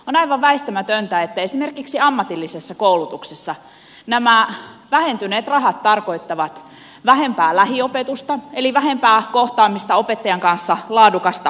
on aivan väistämätöntä että esimerkiksi ammatillisessa koulutuksessa nämä vähentyneet rahat tarkoittavat vähempää lähiopetusta eli vähempää kohtaamista opettajan kanssa vähempää laadukasta oppimista